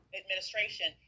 administration